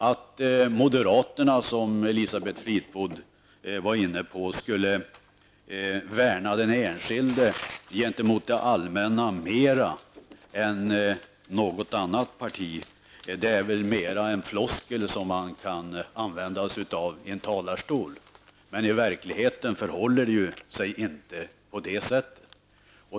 Att moderaterna, som Elisabeth Fleetwood sade, skulle värna den enskilde gentemot det allmänna mer än något annat parti -- det är väl mera en floskel som man använder i en talarstol. I verkligheten förhåller det sig ju inte på det sättet.